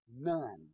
none